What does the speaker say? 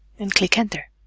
and click enter